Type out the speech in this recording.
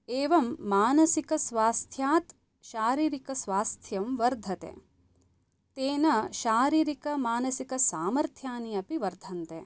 एवं मानसिकस्वास्थ्यात् शारीरिकस्वास्थ्यं वर्धते तेन शारीरिकमानसिकसामर्थ्यानि अपि वर्धन्ते